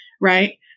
right